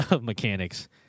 mechanics